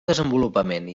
desenvolupament